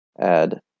Add